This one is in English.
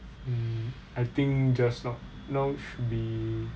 mm I think just now now should be